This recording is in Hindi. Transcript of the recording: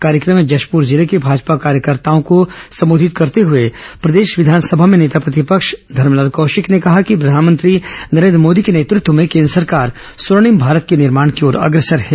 कार्यक्रम में जशपूर जिले के भाजपा कार्यकर्ताओं को संबोधित करते हुए प्रदेश विधानसभा में नेता प्रतिपक्ष धरमलाल कौशिक ने कहा कि प्रधानमंत्री नरेन्द्र मोदी के नेतृत्व में केन्द्र सरकार स्वर्णिम भारत के निर्माण की ओर अग्रसर है